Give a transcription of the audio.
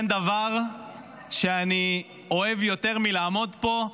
אין דבר שאני אוהב יותר מלעמוד פה,